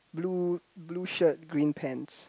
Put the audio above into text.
blue blue shirt green pants